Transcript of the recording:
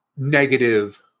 negative